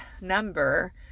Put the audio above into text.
number